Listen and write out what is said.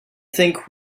think